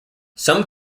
some